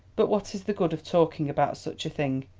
but what is the good of talking about such a thing?